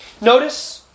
Notice